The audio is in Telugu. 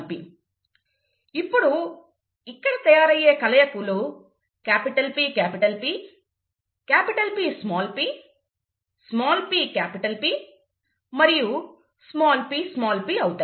ఇప్పుడు ఇక్కడ తయారయ్యే కలయికలు PP Pp pP మరియు pp అవుతాయి